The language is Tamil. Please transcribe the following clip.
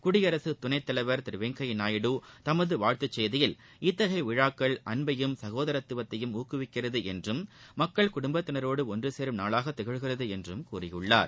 குடியரசுத் துணைத் தலைவர் திரு வெங்கைப்யா நாயுடு தமது வாழ்த்துச் செய்தியில் இத்தகைய விழாக்கள் அன்பையும் சகோதரத்துவத்தையும் ஊக்குவிக்கிறது என்றும் மகக்ள் குடும்பத்தாரோடு ஒன்று சேரும் நாளாகத் திகழ்கிறது என்றும் கூறியிருக்கிறார்